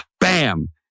bam